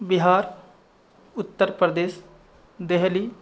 बिहार् उत्तरप्रदेशः देहली